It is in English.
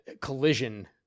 collision